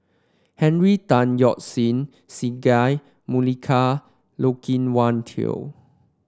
Henry Tan Yoke See Singai Mukilan Loke Wan Tho